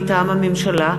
מטעם הממשלה: